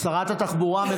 שרת התחבורה מתכבדת לעלות.